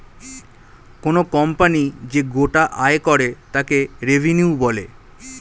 কোনো কোম্পানি যে গোটা আয় করে তাকে রেভিনিউ বলে